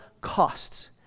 costs